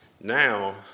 now